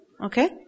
okay